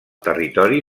territori